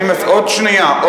עוד שנייה.